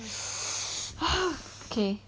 okay